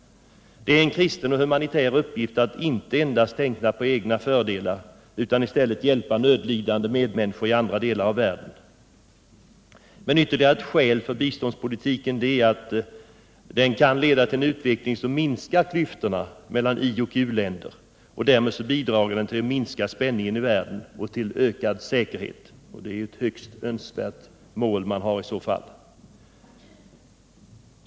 Det är en kristen och humanitär uppgift att inte endast tänka på egna fördelar utan i stället hjälpa nödlidande medmänniskor i andra delar av världen. Ytterligare ett skäl för biståndspolitiken är att den kan leda till en utveckling som minskar klyftorna mellan ioch u-länder. Därmed bidrar den till att minska spänningen i världen och till ökad säkerhet. Det är ju i så fall ett högst önskvärt mål.